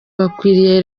bakwiriye